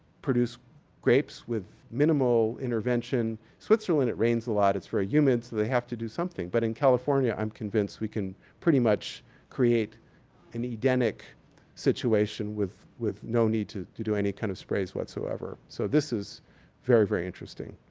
produce grapes with minimal intervention. switzerland, it rains a lot. it's very humid, so they have to do something. but in california, i'm convinced we can pretty much create an eidetic situation with with no need to to any kind of sprays whatsoever. so, this is very, very interesting.